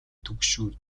түгшүүр